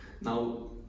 Now